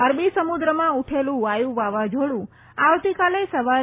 અરબી સમુદ્રમાં ઉઠેલું વાયુ વાવાઝોડું આવતીકાલે સવારે